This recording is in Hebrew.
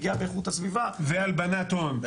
פגיעה באיכות סביבה --- והלבנת הון,